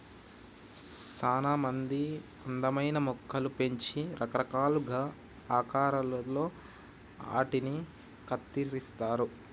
సానా మంది అందమైన మొక్కలు పెంచి రకరకాలుగా ఆకారాలలో ఆటిని కత్తిరిస్తారు